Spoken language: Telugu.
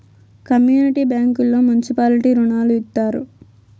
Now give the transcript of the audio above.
కమ్యూనిటీ బ్యాంకుల్లో మున్సిపాలిటీ రుణాలు ఇత్తారు